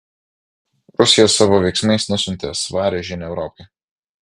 rusija savo veiksmais nusiuntė svarią žinią europai